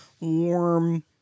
warm